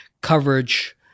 coverage